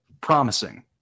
promising